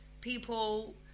people